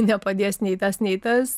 nepadės nei tas nei tas